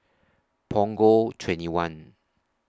Punggol twenty one